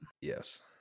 Yes